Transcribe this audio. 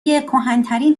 کهنترین